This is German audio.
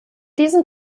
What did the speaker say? diesem